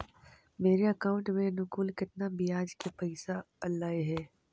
मेरे अकाउंट में अनुकुल केतना बियाज के पैसा अलैयहे?